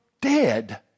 dead